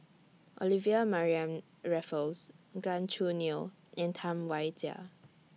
Olivia Mariamne Raffles Gan Choo Neo and Tam Wai Jia